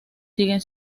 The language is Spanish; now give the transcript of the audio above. siguen